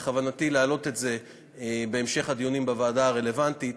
בכוונתי להעלות את זה בהמשך הדיונים בוועדה הרלוונטית.